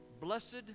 Blessed